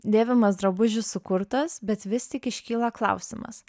dėvimas drabužis sukurtas bet vis tik iškyla klausimas